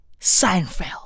Seinfeld